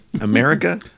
America